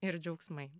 ir džiaugsmai